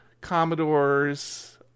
Commodores